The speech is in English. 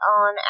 on